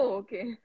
okay